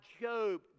Job